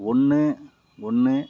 ஒன்று ஒன்று